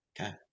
Okay